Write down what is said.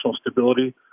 stability